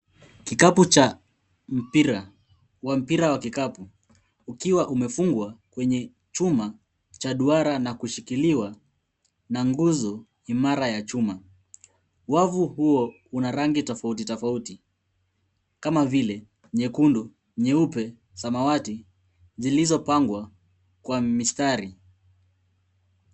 Kikapu cha mpira wa mpira ya kikapu ukiwa umefungwa kwenye chuma cha duara na kushikiliwa na nguzo imara ya chuma. Wavu huo una rangi tofauti tofauti kama vile nyekundu, nyeupe, samawati zilizopangwa kwa mistari